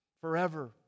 forever